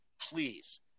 Please